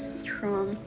strong